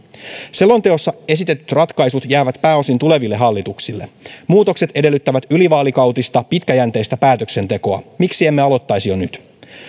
selonteossa esitetyt ratkaisut jäävät pääosin tuleville hallituksille muutokset edellyttävät ylivaalikautista pitkäjänteistä päätöksentekoa miksi emme aloittaisi jo nyt